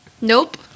nope